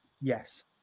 yes